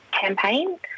campaign